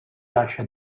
acha